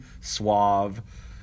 suave